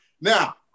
Now